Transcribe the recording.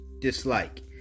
dislike